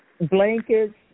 blankets